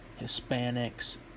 Hispanics